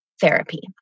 therapy